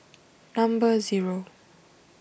number zero